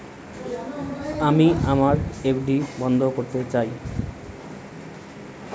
আমি আমার এফ.ডি বন্ধ করতে চাই